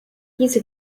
diese